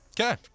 okay